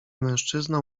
mężczyzna